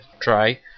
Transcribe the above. try